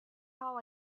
how